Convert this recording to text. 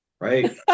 right